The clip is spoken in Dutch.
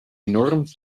enorm